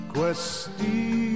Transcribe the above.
Questi